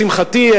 לשמחתי,